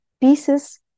pieces